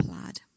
plaid